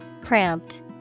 Cramped